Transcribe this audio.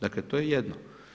Dakle to je jedno.